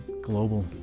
global